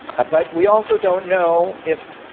ah but we also don't know if,